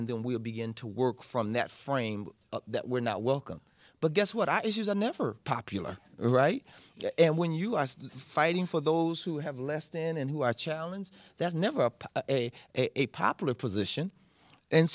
and then we'll begin to work from that frame that we're not welcome but guess what i see is a never popular right and when you are fighting for those who have less than and who are challenging that's never a popular position and